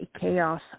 Chaos